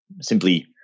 Simply